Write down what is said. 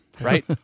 right